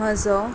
म्हजो